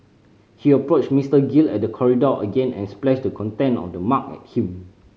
he approached Mister Gill at the corridor again and splashed the content of the mug at him